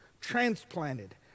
transplanted